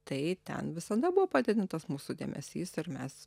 tai ten visada buvo padidintas mūsų dėmesys ir mes